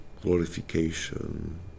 glorification